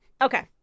Okay